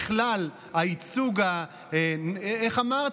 בכלל, הייצוג, איך אמרת?